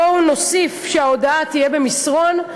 בואו נוסיף שההודעה תהיה במסרון.